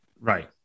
Right